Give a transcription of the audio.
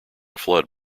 flood